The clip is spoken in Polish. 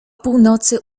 północy